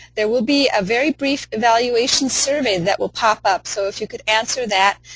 there will be a very brief evaluation survey that will pop up. so if you could answer that,